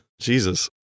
Jesus